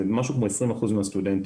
זה משהו כמו 20% מהסטודנטים.